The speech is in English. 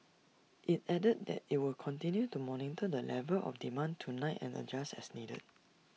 IT added that IT will continue to monitor the level of demand tonight and adjust as needed